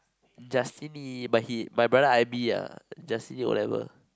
Justini but he my brother I_B ah Justini O-level